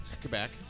Quebec